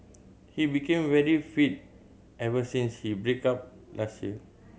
he became very fit ever since he break up last year